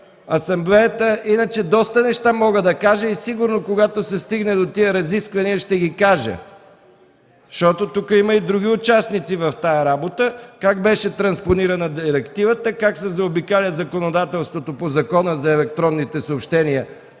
Асамблеята, иначе доста неща мога да кажа и сигурно, когато се стигне до тези разисквания, ще ги кажа, защото тук има и други участници в тази работа – как беше транспонирана директивата, как се заобикаля законодателството по Закона за електронните съобщения